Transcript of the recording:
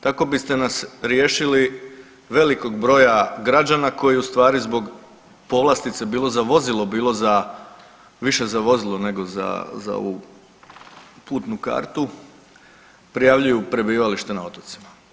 Tako biste nas riješili velikog broja građana koji ustvari zbog povlastice bilo za vozilo, bilo za više za vozilo nego za ovu putnu kartu prijavljuju prebivalište na otocima.